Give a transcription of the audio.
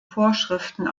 vorschriften